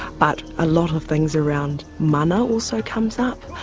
but a lot of things around mana also comes up.